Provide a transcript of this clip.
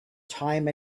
time